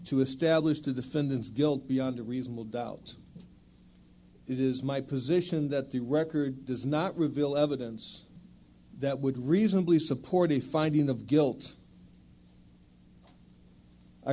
to establish the defendant's guilt beyond a reasonable doubt it is my position that the record does not reveal evidence that would reasonably support a finding of guilt i